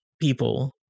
people